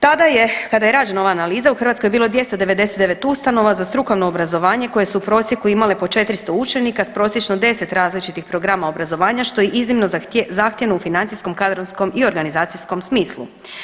Tada je, kada je rađena ova analiza u Hrvatskoj bilo 299 ustanova za strukovno obrazovanje koje su u prosjeku imale po 400 učenika s prosječno 10 različitih programa obrazovanja što je iznimno zahtjevno u financijskom, kadrovskom i organizacijskom smislu.